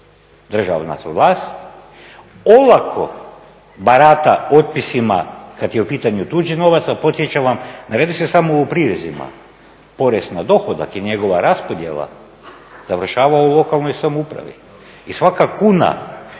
državna … olako barata otpisima kad je u pitanju tuđi novac, a podsjećam vas ne radi se samo o prirezima, porez na dohodak i njegova raspodjela završava u lokalnoj samoupravi i svaka kuna